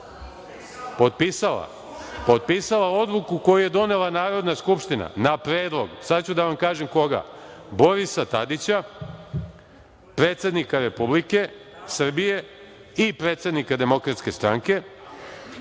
Potpisala je odluku koju je donela Narodna skupština, na predlog, sad ću da vam kažem koga - Borisa Tadića, predsednika Republike Srbije i predsednika Demokratske stranke,